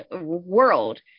world